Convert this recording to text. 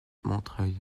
montreuil